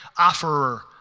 offerer